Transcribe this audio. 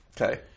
Okay